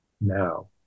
now